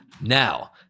Now